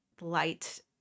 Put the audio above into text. light